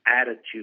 attitude